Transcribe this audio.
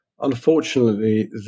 unfortunately